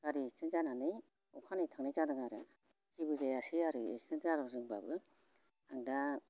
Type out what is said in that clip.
गारि एक्सिडेन्ट जानानै अखानायै थांनाय जादों आरो जेबो जायासै आरो एस्किडेन्ट जादोंब्लाबो आं दा